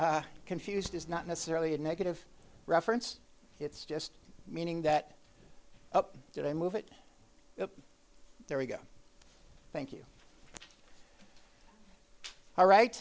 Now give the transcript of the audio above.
confused is not necessarily a negative reference it's just meaning that up didn't move it there we go thank you all right